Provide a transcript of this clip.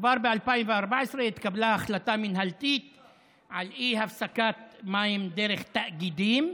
כבר ב-2014 התקבלה החלטה מינהלתית על אי-הפסקת מים דרך תאגידים.